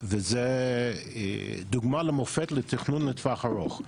וזו דוגמה ומופת לתכנון לטווח ארוך.